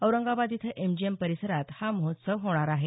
औरंगाबाद इथं एमजीएम परिसरात हा महोत्सव होणार आहे